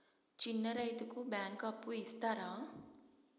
చిన్న రైతుకు బ్యాంకు అప్పు ఇస్తారా?